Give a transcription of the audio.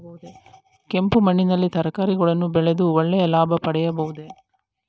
ಕೆಂಪು ಮಣ್ಣಿನಲ್ಲಿ ತರಕಾರಿಗಳನ್ನು ಬೆಳೆದು ಒಳ್ಳೆಯ ಲಾಭ ಪಡೆಯಬಹುದೇ?